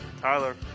Tyler